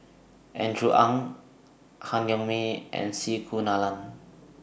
Andrew Ang Han Yong May and C Kunalan